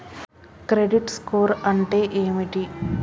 Credit score అంటే ఏమిటి?